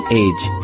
age